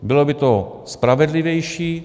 Bylo by to spravedlivější.